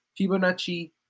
Fibonacci